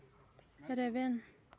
ᱨᱮᱵᱮᱱ